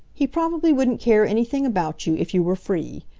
he probably wouldn't care anything about you if you were free.